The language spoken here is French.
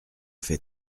fais